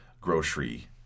grocery